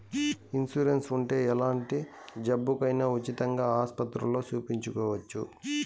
insurance ఉంటే ఎలాంటి జబ్బుకైనా ఉచితంగా ఆస్పత్రుల్లో సూపించుకోవచ్చు